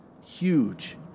huge